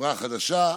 חברה חדשה,